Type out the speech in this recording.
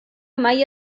mai